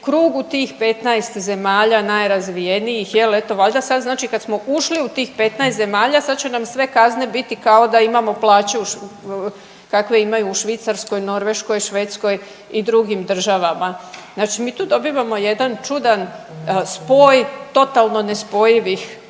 krugu tih 15 zemalja najrazvijenijih jel eto valjda sad znači kad samo ušli u tih 15 zemalja sad će nam sve kazne biti kao da imamo plaće kakve imaju u Švicarskoj, Norveškoj, Švedskoj i drugim državama. Znači mi tu dobivamo jedan čudan spoj totalno nespojivih